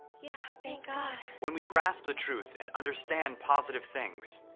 yeah. thank god. when we grasp the truth and understand positive things,